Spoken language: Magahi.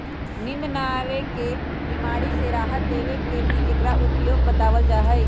नींद न आवे के बीमारी से राहत देवे में भी एकरा उपयोग बतलावल जाहई